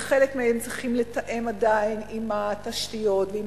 וחלק מהם צריכים לתאם עדיין עם התשתיות ועם